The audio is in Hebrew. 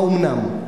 האומנם?